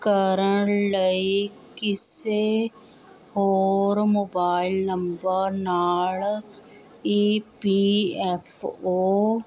ਕਰਨ ਲਈ ਕਿਸੇ ਹੋਰ ਮੋਬਾਇਲ ਨੰਬਰ ਨਾਲ਼ ਈ ਪੀ ਐੱਫ ਓ